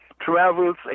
travels